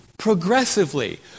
progressively